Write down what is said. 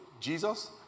Jesus